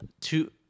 two